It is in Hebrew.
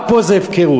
רק פה זה הפקרות.